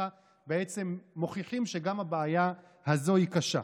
וככה בעצם מוכיחים שגם הבעיה הזאת היא קשה.